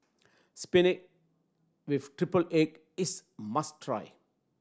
spinach with triple egg is must try